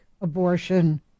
abortion